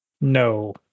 no